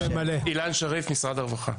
שריף, משרד הרווחה.